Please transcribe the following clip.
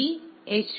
B H